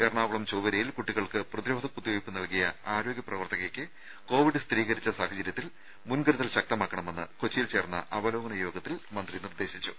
എറണാകുളം ചൊവ്വരയിൽ കുട്ടികൾക്ക് പ്രതിരോധ കുത്തിവെയ്പ് നൽകിയ ആരോഗ്യ പ്രവർത്തകയ്ക്ക് കോവിഡ് സ്ഥിരീകരിച്ച സാഹചര്യത്തിൽ മുൻകരുതൽ ശക്തമാക്കണമെന്ന് കൊച്ചിയിൽ ചേർന്ന അവലോന യോഗത്തിൽ മന്ത്രി നിർദ്ദേശിച്ചു